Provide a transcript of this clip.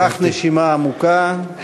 קח נשימה עמוקה.